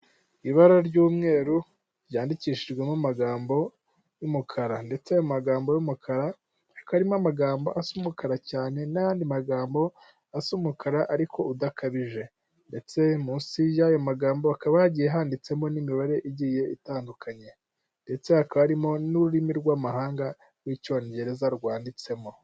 Ibara ry'umweru ryandikishijwemo amagambo y'umukara ndetse ayo amagambo y'umukara akaba arimo amagambo asa umukara cyane n'ayandi magambo asa umukara ariko udakabije, ndetse munsi y'ayo magambo hakaba hagiye handitsemo n'imibare igiye itandukanye, ndetse hakaba harimo n'ururimi rw'amahanga rw'icyongereza rwanditsemo.